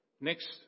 next